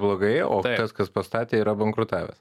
blogai o tas kas pastatė yra bankrutavęs